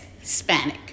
Hispanic